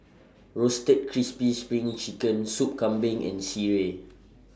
Roasted Crispy SPRING Chicken Sup Kambing and Sireh